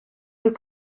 your